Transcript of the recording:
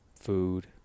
food